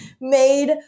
made